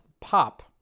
pop